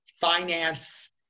finance